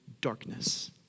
darkness